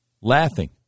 Laughing